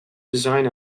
design